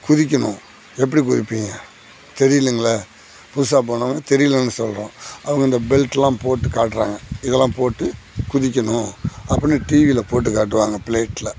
குதிக்கணும் எப்படி குதிப்பீங்க தெரியலிங்களே புதுசாக போனவங்க தெரியலேன்னு சொல்கிறோம் அவங்க இந்த பெல்ட்லெலாம் போட்டு காட்டுறாங்க இதெல்லாம் போட்டு குதிக்கணும் அப்படின்னு டிவியில் போட்டு காட்டுவாங்க பிளைட்டில்